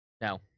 No